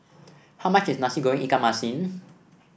how much is Nasi Goreng Ikan Masin